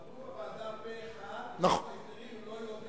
עברו בוועדה פה אחד בחוק ההסדרים ולא היו,